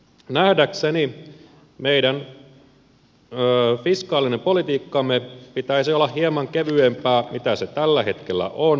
nähdäkseni meidän fiskaalisen politiikkamme pitäisi olla hieman kevyempää kuin se tällä hetkellä on